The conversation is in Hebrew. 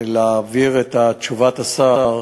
להעביר את תשובת השר